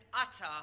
utter